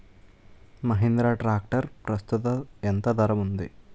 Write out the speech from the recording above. Mahindra tractor ప్రస్తుతం ఎంత ధర ఉంది?